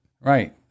Right